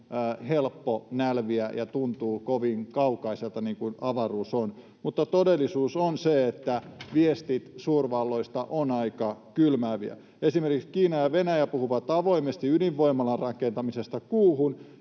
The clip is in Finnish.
helppo nälviä ja se tuntuu kovin kaukaiselta, niin kuin avaruus on, mutta todellisuus on se, että viestit suurvalloista ovat aika kylmääviä. Esimerkiksi Kiina ja Venäjä puhuvat avoimesti ydinvoimalan rakentamisesta Kuuhun,